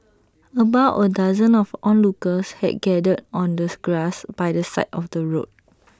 about A dozen of onlookers had gathered on the grass by the side of the road